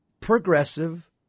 progressive